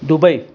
Dubai